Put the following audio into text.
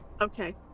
okay